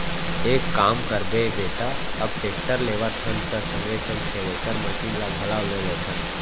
एक काम करबे बेटा अब टेक्टर लेवत हन त संगे संग थेरेसर मसीन ल घलौ ले लेथन